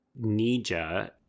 Nija